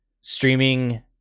streaming